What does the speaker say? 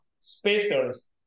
spacers